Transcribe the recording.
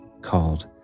called